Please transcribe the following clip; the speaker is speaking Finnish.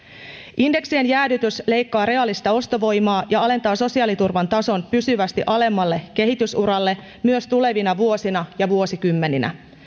indeksien jäädytys leikkaa reaalista ostovoimaa ja alentaa sosiaaliturvan tason pysyvästi alemmalle kehitysuralle myös tulevina vuosina ja vuosikymmeninä